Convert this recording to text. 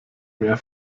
mehr